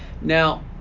now